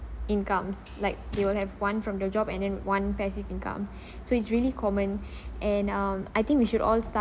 incomes like they will have one from the job and then one passive income so it's really common and um I think we should all start